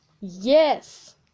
yes